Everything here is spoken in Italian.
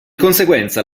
conseguenza